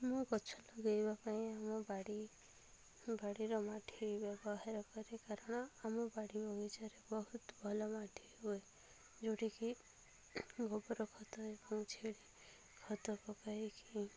ମୁଁ ଗଛ ଲଗାଇବା ପାଇଁ ଆମ ବାଡ଼ି ବାଡ଼ିର ମାଟି ବ୍ୟବହାର କରେ କାରଣ ଆମ ବାଡ଼ି ବଗିଚାରେ ବହୁତ ଭଲ ମାଟି ହୁଏ ଯେଉଁଠି କି ଗୋବର ଖତ ଏବଂ ଛେଳି ଖତ ପକାଇ କି